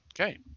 Okay